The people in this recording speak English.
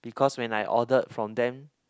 because when I ordered from them